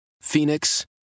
Phoenix